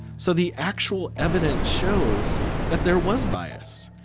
so the actual evidence shows that there was bias,